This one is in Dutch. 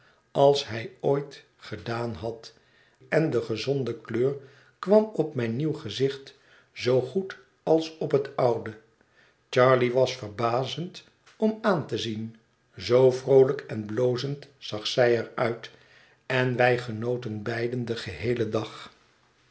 als hij ooit gedaan had en de gezonde kleur kwam op mijn nieuw gezicht zoo goed als op het oude charley was verbazend om aan te zien zoo vroolijk en blozend zag zij er uit en wij genoten beide den geheelen dag